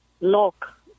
lock